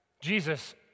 Jesus